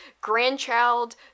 grandchild